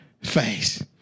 face